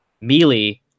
Melee